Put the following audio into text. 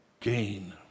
gain